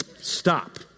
Stop